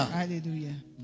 hallelujah